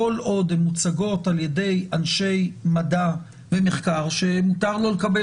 כל עוד הן מוצגות על ידי אנשי מדע ומחקר שמותר לא לקבל